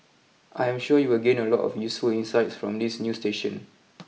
I am sure you will gain a lot of useful insights from this new station